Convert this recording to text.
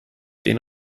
den